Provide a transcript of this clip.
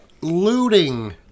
Looting